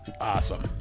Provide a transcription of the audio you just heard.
Awesome